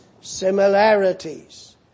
similarities